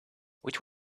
which